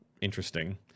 interesting